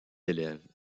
élèves